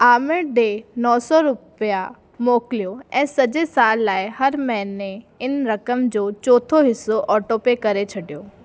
आमिर ॾे नौ सौ रुपया मोकिलियो ऐं सॼे साल लाइ हर महिने इन रक़म जो चोथों हिसो ऑटोपे करे छॾियो